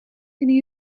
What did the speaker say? kunnen